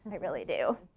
but really do.